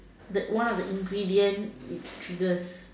the one of the ingredient it triggers